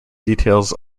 details